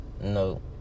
No